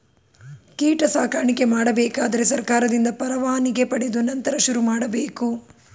ಕೀಟ ಸಾಕಾಣಿಕೆ ಮಾಡಬೇಕಾದರೆ ಸರ್ಕಾರದಿಂದ ಪರವಾನಿಗೆ ಪಡೆದು ನಂತರ ಶುರುಮಾಡಬೇಕು